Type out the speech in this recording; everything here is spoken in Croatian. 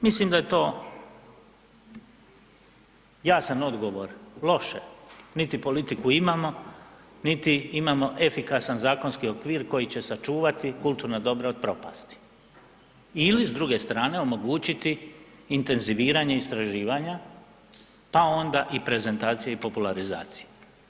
Mislim da je to jasan odgovor, loše, niti politiku imamo, niti imamo efikasan zakonski okvir koji će sačuvati kulturna dobra od propasti ili s druge strane omogućiti intenziviranje istraživanja pa onda i prezentacije i popularizacije.